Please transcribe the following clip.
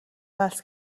وصل